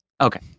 Okay